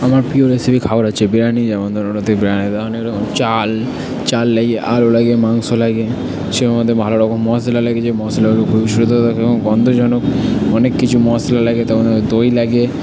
আমার প্রিয় রেসিপি খাবার হচ্ছে বিরিয়ানি যেমন ধরুন ওতে বিরিয়ানিতে অনেক রকম চাল চাল লাগে আলু লাগে মাংস লাগে সের মধ্যে ভালো রকম মশলা লাগে যে মশলাগুলো থাকে এবং গন্ধ যেন অনেক কিছু মশলা লাগে দই লাগে